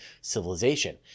civilization